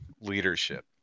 leadership